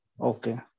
Okay